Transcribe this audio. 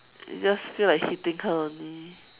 you just feel like hitting her only